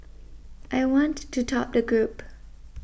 I want to top the group